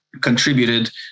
contributed